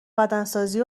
بدنسازی